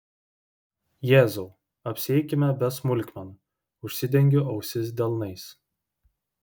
jėzau apsieikime be smulkmenų užsidengiu ausis delnais